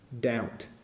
doubt